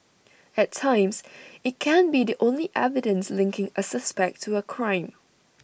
at times IT can be the only evidence linking A suspect to A crime